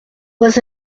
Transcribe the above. was